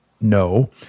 no